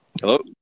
Hello